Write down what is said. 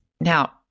Now